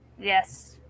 Yes